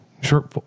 sure